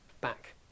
back